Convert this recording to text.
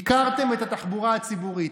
ייקרתם את התחבורה הציבורית,